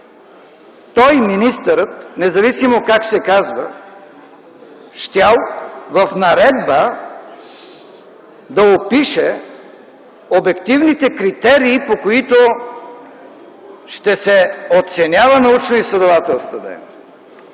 той – министърът, независимо как се казва, щял в наредба да опише обективните критерии, по които ще се оценява научноизследователската дейност.